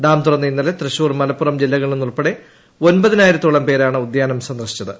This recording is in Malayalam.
ഡാം തുറന്ന ഇന്നലെ തൃശൂർ മലപ്പുറം ജില്ലകളിൽ നിന്നുൾപ്പെടെ ഒന്പതിനായിരത്തോളം പേരാണ് ഉദ്യാനം സന്ദർശിച്ചത്